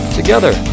together